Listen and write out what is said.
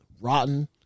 rotten